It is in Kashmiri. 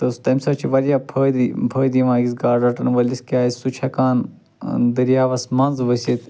تہٕ تمہِ سۭتۍ چھُ واریاہ فٲیدٕ فٲیدٕ یِوان أکِس گاڈٕ رٹن وٲلِس کیٛازِ سُہ چھُ ہیکان دریاوس منٛز ؤسِتھ